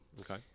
Okay